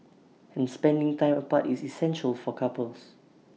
and spending time apart is essential for couples